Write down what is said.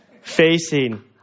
facing